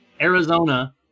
Arizona